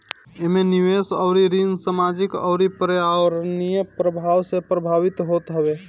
एमे निवेश अउरी ऋण सामाजिक अउरी पर्यावरणीय प्रभाव से प्रभावित होत हवे